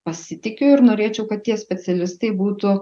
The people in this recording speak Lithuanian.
pasitikiu ir norėčiau kad tie specialistai būtų